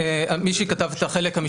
אני אתקן,